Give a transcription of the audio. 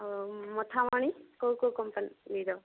ଆଉ ମଥାମଣି କେଉଁ କେଉଁ କମ୍ପାନୀର